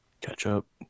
ketchup